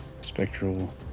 Spectral